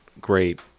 great